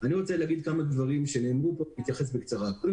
אני רוצה להתייחס בקצרה לכמה דברים שנאמרו פה.